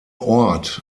ort